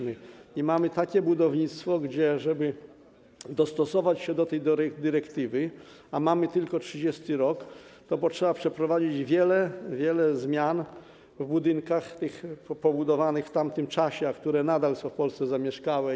Mamy takie budownictwo, gdzie żeby dostosować się do tej dyrektywy, a mamy tylko 2030 r., to potrzeba przeprowadzić wiele, wiele zmian w budynkach pobudowanych w tamtym czasie, które nadal są w Polsce zamieszkałe.